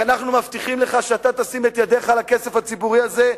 כי אנחנו מבטיחים לך שאם אתה תשים את ידיך על הכסף הציבורי הזה,